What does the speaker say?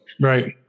right